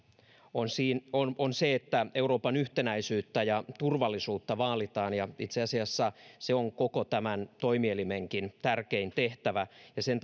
on on se että euroopan yhtenäisyyttä ja turvallisuutta vaalitaan ja itse asiassa se on koko tämän toimielimenkin tärkein tehtävä ja sen